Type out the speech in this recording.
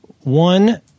One